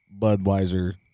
Budweiser